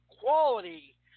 quality